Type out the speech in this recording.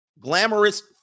Glamorous